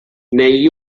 negli